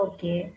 Okay